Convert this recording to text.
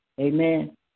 Amen